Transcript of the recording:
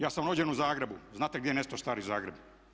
Ja sam rođen u Zagrebu, znate gdje je nestao stari Zagreb?